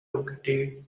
located